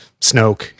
Snoke